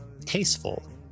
tasteful